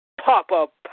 pop-up